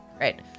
right